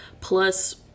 plus